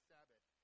Sabbath